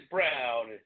Brown